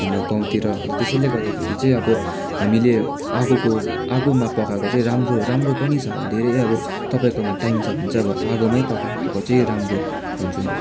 हाम्रो गाउँतिर अन्त त्यसैले गर्दा फेरि चाहिँ अब हामीले आगोको आगोमा पकाएको चाहिँ राम्रो राम्रो पनि छ अब धेरै अब तपाईँकोमा टाइम छ भने चाहिँ अब आगोमै पकाएर खाएको राम्रो भन्छु म चाहिँ